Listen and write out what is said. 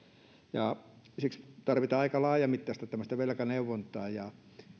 ja siksi tarvitaan aika laajamittaista velkaneuvontaa